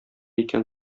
икән